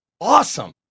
awesome